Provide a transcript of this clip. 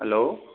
hello